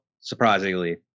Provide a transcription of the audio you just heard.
Surprisingly